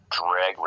drag